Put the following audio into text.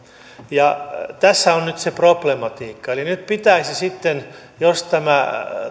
tässä on nyt se problematiikka eli nyt pitäisi sitten jos tämä